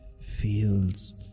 feels